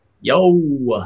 Yo